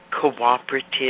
cooperative